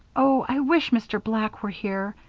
oh, i wish mr. black were here.